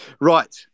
Right